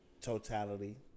totality